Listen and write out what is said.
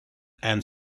and